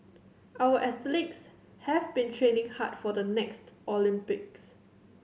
our athletes have been training hard for the next Olympics